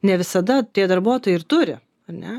ne visada tie darbuotojai ir turi ar ne